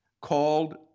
called